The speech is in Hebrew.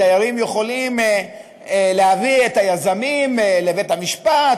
דיירים יכולים להביא את היזמים לבית-המשפט,